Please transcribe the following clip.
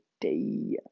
day